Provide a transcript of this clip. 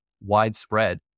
widespread